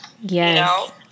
Yes